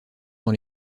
dans